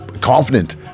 confident